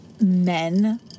men